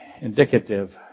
indicative